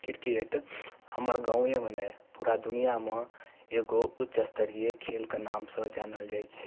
cricket हमर गाँवेमे नहि पूरा दुनिआमे एगो उच्च स्तरीय खेलके नामसँ जानल जाइत छै